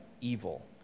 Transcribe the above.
evil